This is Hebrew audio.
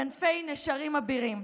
כנפי נשרים אבירים.